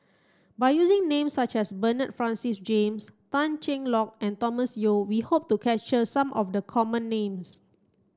by using names such as Bernard Francis James Tan Cheng Lock and Thomas Yeo we hope to capture some of the common names